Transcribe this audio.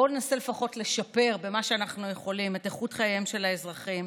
בואו ננסה לפחות לשפר במה שאנחנו יכולים את איכות חייהם של האזרחים,